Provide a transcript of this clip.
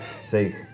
say